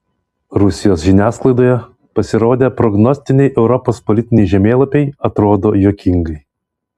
rusijos žiniasklaidoje pasirodę prognostiniai europos politiniai žemėlapiai atrodo juokingai